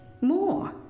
more